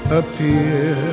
appear